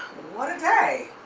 what a day.